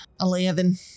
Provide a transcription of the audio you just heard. Eleven